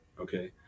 Okay